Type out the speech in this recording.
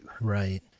Right